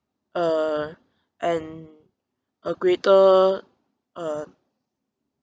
uh and a greater uh